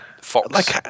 Fox